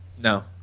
No